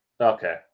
Okay